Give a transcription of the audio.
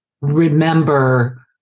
remember